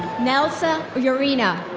nelsa yeah urena.